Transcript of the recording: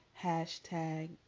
hashtag